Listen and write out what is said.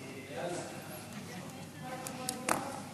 (מניעת עיקול מיטלטלין המשמשים לקיום תפילה),